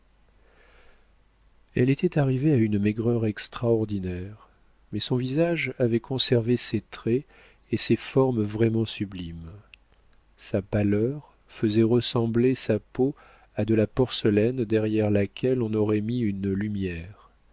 elle était arrivée à une maigreur extraordinaire mais son visage avait conservé ses traits et ses formes vraiment sublimes sa pâleur faisait ressembler sa peau à de la porcelaine derrière laquelle on aurait mis une lumière